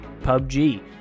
PUBG